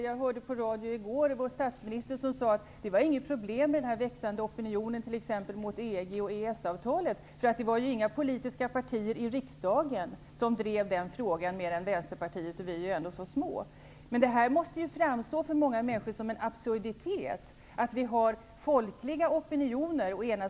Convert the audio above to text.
Jag hörde på radion i går vår statsminister säga att det inte var något problem med den växande opinionen mot t.ex. EG och EES-avtalet, för det var inga politiska partier i riksdagen som drev den frågan mer än Vänsterpartiet och vi var ändå så små. Men det här måste för många människor framstå som en absurditet.